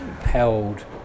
held